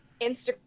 Instagram